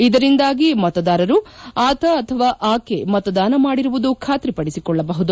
ಇದರಿಂದಾಗಿ ಮತದಾರರು ಆತಆಕೆ ಮತದಾನ ಮಾಡಿರುವುದು ಖಾತ್ರಿಪಡಿಸಿಕೊಳ್ಳಬಹುದು